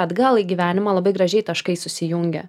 atgal į gyvenimą labai gražiai taškai susijungia